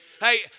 Hey